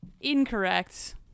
incorrect